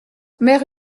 mère